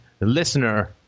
listener